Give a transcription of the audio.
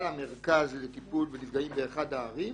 לטיפול בנפגעים באחת הערים.